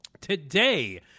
Today